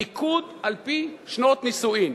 מיקוד על-פי שנות נישואים.